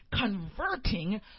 converting